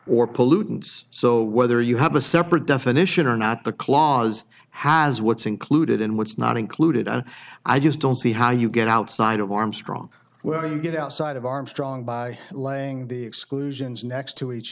or pollutants so whether you have a separate definition or not the clause has what's included in what's not included and i just don't see how you get outside of armstrong where you get outside of armstrong by laying the exclusions next to each